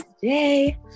today